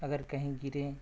اگر کہیں گریں